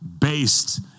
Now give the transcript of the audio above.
based